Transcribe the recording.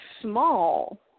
small